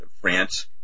France